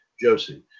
Josie